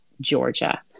Georgia